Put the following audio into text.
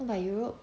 what about europe